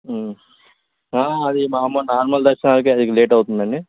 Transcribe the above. అదే మామూలు నార్మల్ దర్శనానికి అది లేటవుతుందండి